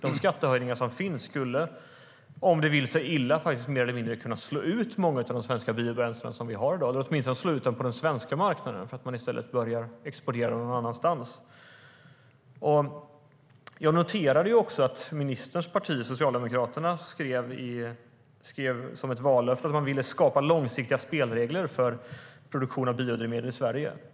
De skattehöjningar som finns skulle, om det vill sig illa, mer eller mindre kunna slå ut många av de svenska biobränslen som vi har i dag. De skulle åtminstone kunna slås ut på den svenska marknaden så att man i stället börjar exportera någon annanstans. Jag noterade att ministerns parti Socialdemokraterna som ett vallöfte skrev att de ville skapa långsiktiga spelregler för produktion av biodrivmedel i Sverige.